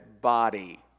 body